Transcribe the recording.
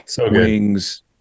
wings